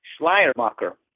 Schleiermacher